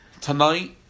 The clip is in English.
Tonight